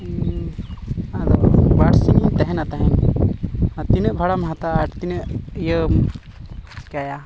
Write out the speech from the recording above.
ᱟᱫᱚ ᱵᱟᱨᱥᱤᱧ ᱤᱧ ᱛᱟᱦᱮᱱᱟ ᱛᱟᱦᱮᱸ ᱫᱚ ᱟᱫᱚ ᱛᱤᱱᱟᱹᱜ ᱵᱷᱟᱲᱟᱢ ᱦᱟᱛᱟᱣᱟ ᱟᱨ ᱛᱤᱱᱟᱹᱜ ᱤᱭᱟᱹᱢ ᱪᱤᱠᱟᱹᱭᱟ